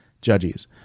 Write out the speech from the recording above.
judges